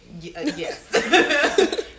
yes